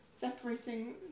separating